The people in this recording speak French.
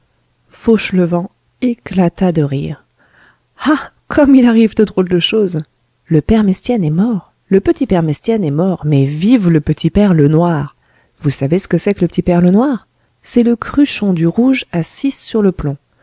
fossoyeur fauchelevent éclata de rire ah comme il arrive de drôles de choses le père mestienne est mort le petit père mestienne est mort mais vive le petit père lenoir vous savez ce que c'est que le petit père lenoir c'est le cruchon du rouge à six sur le plomb